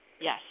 Yes